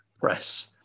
press